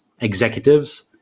executives